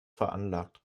veranlagt